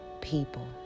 people